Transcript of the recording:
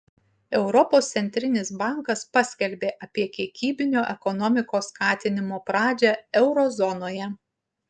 europos centrinis bankas paskelbė apie kiekybinio ekonomikos skatinimo pradžią euro zonoje